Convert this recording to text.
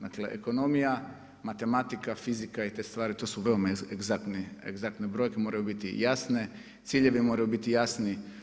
Dakle, ekonomija, matematika, fizika i te stvari, to su veoma egzaktne brojke, moraju biti jasne, ciljevi moraju biti jasni.